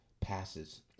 passes